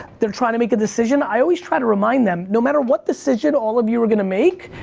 they're trying to make a decision, i always try to remind them, no matter what decision all of you are gonna make,